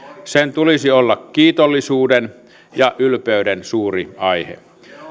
sen tulisi olla kiitollisuuden ja ylpeyden suuri aihe